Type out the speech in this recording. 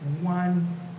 one